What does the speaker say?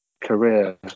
career